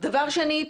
דבר שני,